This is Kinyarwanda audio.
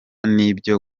n’ibyo